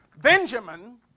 Benjamin